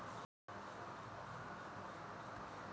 KYC guarantee కాస్త చెప్తారాదాని వల్ల ఉపయోగం ఎంటి?